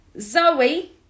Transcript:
Zoe